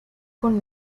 con